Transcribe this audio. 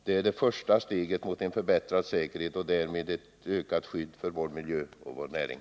Det är det första steget mot en förbättrad säkerhet och därmed ett ökat skydd för vår miljö och vår näring.